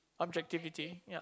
objectivity yeap